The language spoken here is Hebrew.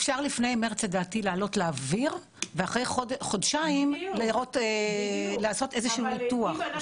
אפשר לפני מרץ לדעתי להעלות לאוויר ואחרי חודשיים לעשות איזשהו ניתוח,